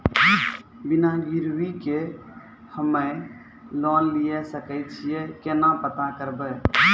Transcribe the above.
बिना गिरवी के हम्मय लोन लिये सके छियै केना पता करबै?